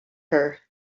her